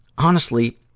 honestly,